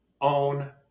own